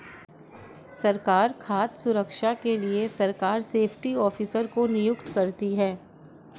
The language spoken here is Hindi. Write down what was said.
सरकार खाद्य सुरक्षा के लिए सरकार सेफ्टी ऑफिसर को नियुक्त करती है